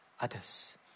others